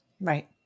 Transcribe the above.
Right